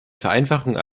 vereinfachung